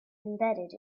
embedded